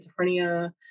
schizophrenia